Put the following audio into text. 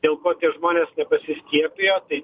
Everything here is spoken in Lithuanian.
dėl ko tie žmonės nepasiskiepijo tai